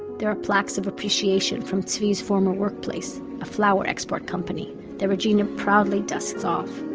there are plaques of appreciation from zvi's former workplace a flower export company that regina proudly dusts off.